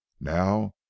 now